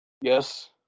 yes